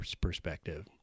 perspective